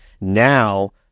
Now